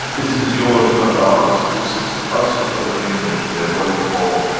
this is yours, not ours, this is us who's got the bring in, the what you call,